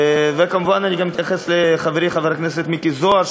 וכמובן אני גם אתייחס לחברי חבר הכנסת מיקי זוהר,